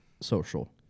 social